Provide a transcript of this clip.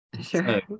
Sure